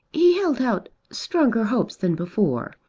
he held out stronger hopes than before.